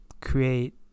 create